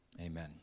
Amen